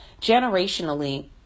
generationally